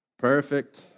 Perfect